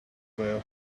there